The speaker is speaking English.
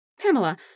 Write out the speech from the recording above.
Pamela